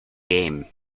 game